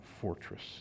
fortress